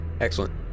excellent